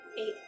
eight